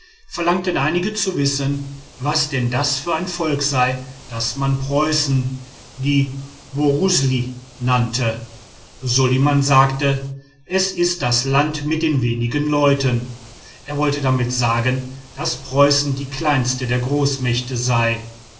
verlangten einige zu wissen was denn das für ein volk sei das man preußen die borusli nannte soliman sagte es ist das land mit den wenigen leuten er wollte damit sagen daß preußen die kleinste der großmächte sei